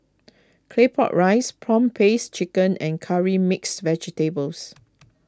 Claypot Rice Prawn Paste Chicken and Curry Mixed Vegetables